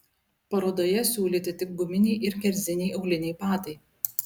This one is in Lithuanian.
parodoje siūlyti tik guminiai ir kerziniai auliniai batai